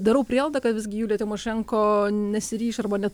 darau prielaidą kad visgi julija timošenko nesiryš arba ne